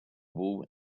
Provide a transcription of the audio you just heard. wool